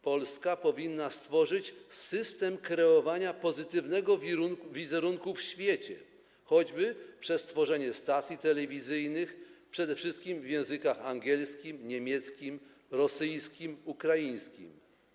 Polska powinna stworzyć system kreowania pozytywnego wizerunku w świecie, choćby przez tworzenie stacji telewizyjnych przede wszystkim w językach angielskim, niemieckim, rosyjskim i ukraińskim.